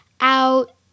out